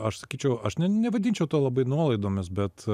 aš sakyčiau aš nevadinčiau to labai nuolaidomis bet